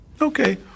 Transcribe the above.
okay